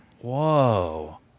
Whoa